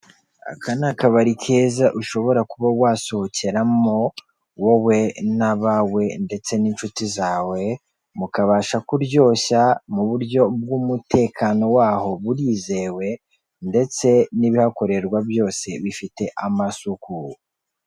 Aka ni akabari keza ushobora kuba wasohokeramo wowe n'abawe ndetse n'inshuti zawe, mukabasha kuryoshya mu buryo bw'umutekano waho burizewe ndetse n'ibihakorerwa byose bifite amasuku.